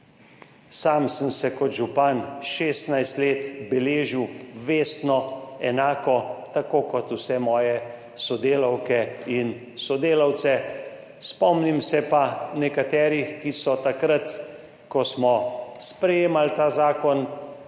Sam sem se kot župan 16 let beležil vestno, enako kot vse moje sodelavke in sodelavci. Spomnim se pa nekaterih, ki so takrat, ko smo sprejemali ta zakon,